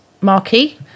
Marquee